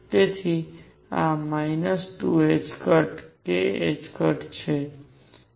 તેથી આ 2ℏ k છે